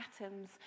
atoms